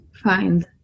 find